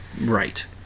right